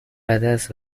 عدس